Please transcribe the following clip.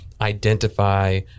identify